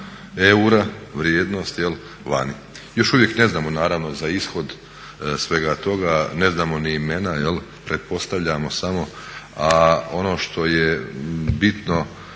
eura vrijednost vani. Još uvijek ne znamo naravno za ishod svega toga, ne znamo ni imena. Pretpostavljamo samo, a ono što je bitno